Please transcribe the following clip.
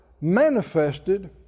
manifested